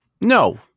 No